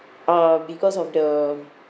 uh because of the